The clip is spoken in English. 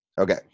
Okay